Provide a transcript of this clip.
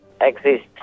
exist